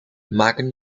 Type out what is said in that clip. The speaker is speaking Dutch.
maken